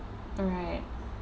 alright